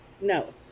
No